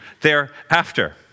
thereafter